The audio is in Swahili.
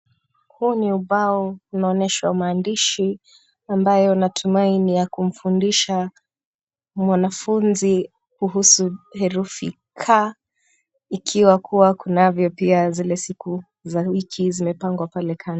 Huu ni ubao unaonyesha maandishi ambayo natumai ni ya kumfundisha mwanafunzi kuhusu herufi k ikiwa kuwa kunavyo pia zile siku za wiki zimepangwa pale kando.